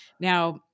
Now